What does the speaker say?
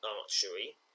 archery